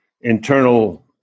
internal